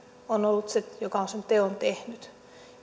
on ollut se joka on sen teon tehnyt